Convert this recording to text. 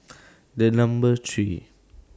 The Number three